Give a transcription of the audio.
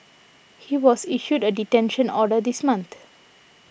he was issued a detention order this month